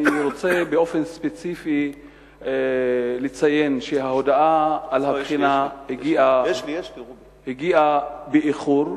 אני רוצה באופן ספציפי לציין שההודעה על הבחינה הגיעה באיחור,